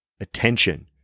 Attention